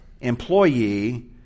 employee